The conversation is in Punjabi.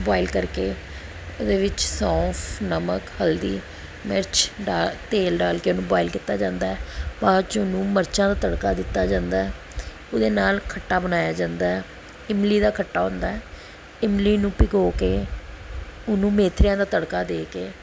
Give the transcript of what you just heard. ਬੋਇਲ ਕਰਕੇ ਇਹਦੇ ਵਿੱਚ ਸੌਂਫ ਨਮਕ ਹਲਦੀ ਮਿਰਚ ਡਾ ਤੇਲ ਡਾਲ ਕੇ ਉਹਨੂੰ ਬੋਇਲ ਕੀਤਾ ਜਾਂਦਾ ਹੈ ਬਾਅਦ 'ਚ ਉਹਨੂੰ ਮਿਰਚਾਂ ਦਾ ਤੜਕਾ ਦਿੱਤਾ ਜਾਂਦਾ ਉਹਦੇ ਨਾਲ ਖੱਟਾ ਬਣਾਇਆ ਜਾਂਦਾ ਇਮਲੀ ਦਾ ਖੱਟਾ ਹੁੰਦਾ ਇਮਲੀ ਨੂੰ ਭਿਗੋ ਕੇ ਉਹਨੂੰ ਮੇਥਿਆਂ ਦਾ ਤੜਕਾ ਦੇ ਕੇ